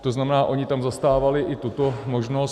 To znamená, ony tam zastávaly i tuto možnost.